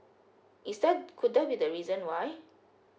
is that could that be the reason why